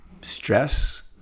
stress